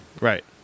right